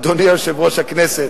אדוני יושב-ראש הכנסת,